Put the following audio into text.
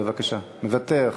בבקשה, מוותר.